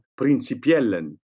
Principiellen